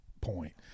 point